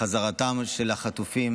חזרתם של החטופים